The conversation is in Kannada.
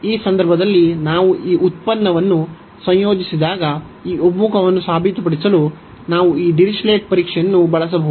ಈ ಸಂದರ್ಭದಲ್ಲಿ ನಾವು ಈ ಉತ್ಪನ್ನವನ್ನು ಸಂಯೋಜಿಸಿದಾಗ ಈ ಒಮ್ಮುಖವನ್ನು ಸಾಬೀತುಪಡಿಸಲು ನಾವು ಈ ಡಿರಿಚ್ಲೆಟ್ ಪರೀಕ್ಷೆಯನ್ನು ಬಳಸಬಹುದು